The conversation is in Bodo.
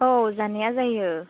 औ जानाया जायो